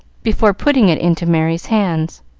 before putting it into merry's hands.